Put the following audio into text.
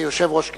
כיושב-ראש הכנסת,